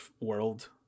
world